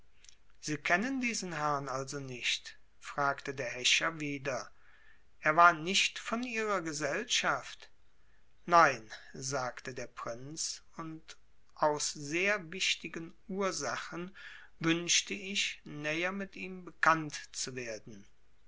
sie kennen diesen herrn also nicht fragte der häscher wieder er war nicht von ihrer gesellschaft nein sagte der prinz und aus sehr wichtigen ursachen wünschte ich näher mit ihm bekannt zu werden